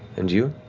and you?